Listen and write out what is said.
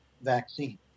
vaccine